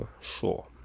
sure